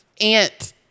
ant